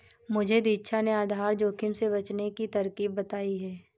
मुझे दीक्षा ने आधार जोखिम से बचने की तरकीब बताई है